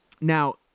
Now